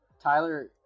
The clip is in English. Tyler